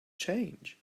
change